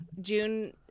June